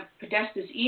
Podesta's